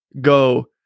go